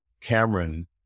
Cameron